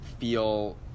feel